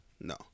No